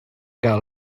gael